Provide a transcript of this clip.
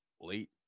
late